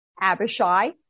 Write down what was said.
Abishai